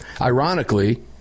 Ironically